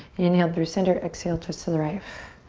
inhale through center. exhale, twist to the right.